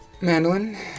Mandolin